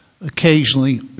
Occasionally